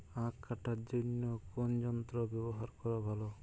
আঁখ কাটার জন্য কোন যন্ত্র ব্যাবহার করা ভালো?